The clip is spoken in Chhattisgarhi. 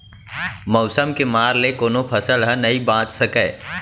मउसम के मार ले कोनो फसल ह नइ बाच सकय